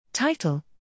Title